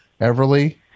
Everly